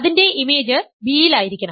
അതിന്റെ image B യിലായിരിക്കണം